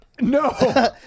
No